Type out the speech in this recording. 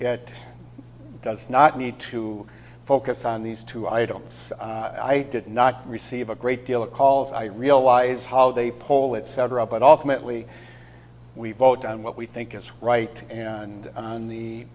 does not need to focus on these two items i did not receive a great deal of calls i realize how they pull etc but ultimately we vote on what we think is right and on